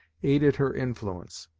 aided her influence.